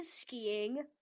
skiing